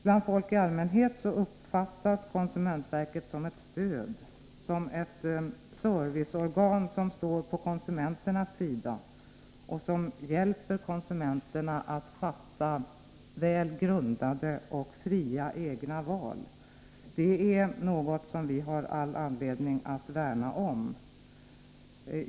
Bland folk i allmänhet uppfattas konsumentverket som ett stöd, som ett serviceorgan som står på konsumenternas sida och hjälper dem till väl grundade, fria egna val. Det är något som vi har all anledning att värna om.